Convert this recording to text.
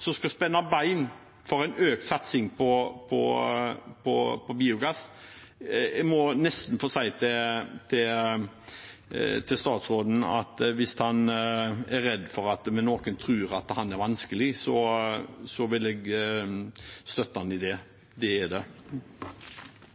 som skal spenne bein for en økt satsing på biogass? Jeg må nesten si til statsråden at hvis han er redd for at noen tror han er vanskelig, vil jeg støtte han i det. Det er